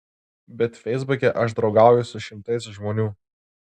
bet feisbuke aš draugauju su šimtais žmonių